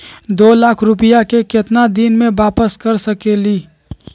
दो लाख रुपया के केतना दिन में वापस कर सकेली?